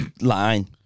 Line